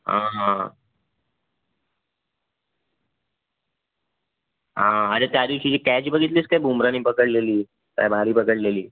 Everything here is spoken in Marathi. हां हां हां अरे त्या दिवशीची कॅच बघितलीस काय बुमराने पकडलेली काय भारी पकडलेली